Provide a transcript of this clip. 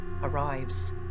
arrives